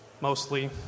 mostly